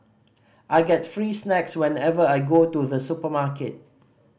I get free snacks whenever I go to the supermarket